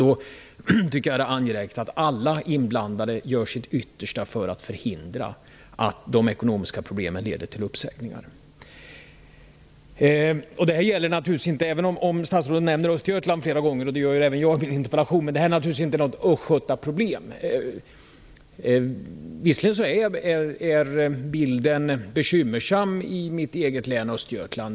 Då är det angeläget att alla inblandade gör sitt yttersta för att förhindra att de ekonomiska problemen leder till uppsägningar. Även om statsrådet flera gånger nämner Östergötland, vilket även jag gör i min interpellation, är detta inte något östgötaproblem. Visserligen är bilden bekymmersam i mitt eget län Östergötland.